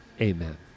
amen